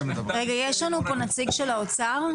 יש לנו פה נציג של האוצר?